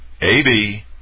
AB